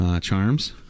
charms